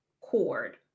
cord